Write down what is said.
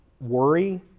worry